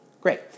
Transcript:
Great